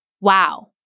wow